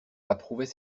approuvait